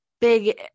big